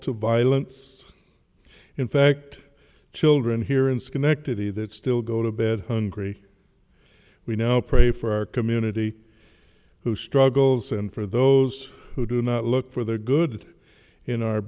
to violence infect children here in schenectady that still go to bed hungry we know pray for our community who struggles and for those who do not look for the good in our